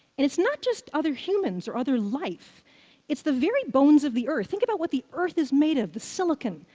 and it's not just other humans or other life it's the very bones of the earth. think about of what the earth is made of the silicon,